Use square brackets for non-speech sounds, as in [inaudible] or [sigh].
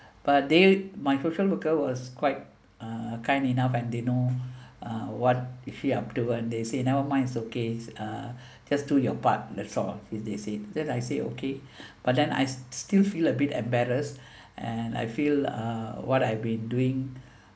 but they my social worker was quite uh kind enough and they know uh what is she up to and they say never mind it's okay uh just do your part that's all they said then I say okay [breath] but then I still feel a bit embarrassed and I feel uh what I've been doing